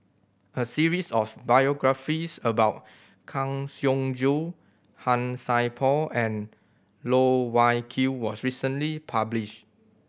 a series of biographies about Kang Siong Joo Han Sai Por and Loh Wai Kiew was recently publish